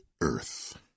Earth